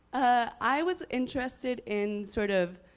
i was interested in sort of